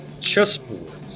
chessboard